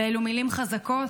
ואלו מילים חזקות: